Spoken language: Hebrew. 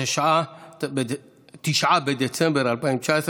9 בדצמבר 2019,